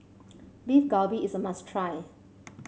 Beef Galbi is a must try